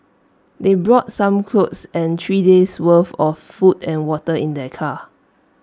they brought some clothes and three days' worth of food and water in their car